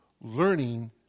learning